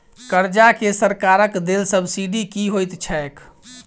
कर्जा मे सरकारक देल सब्सिडी की होइत छैक?